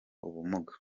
ubumuga